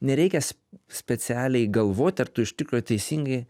nereikia specialiai galvot ar tu iš tikro teisingai